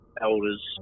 elders